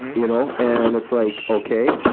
you know and it's like, okay,